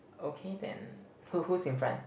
okay then who who's in front